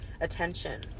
attention